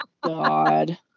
God